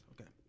Okay